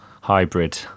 hybrid